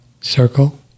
circle